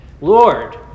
Lord